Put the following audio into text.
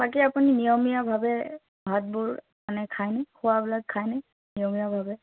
বাকী আপুনি নিয়মীয়াভাৱে ভাতবোৰ মানে খাইনে খোৱাবিলাক খায়নে নিয়মীয়াভাৱে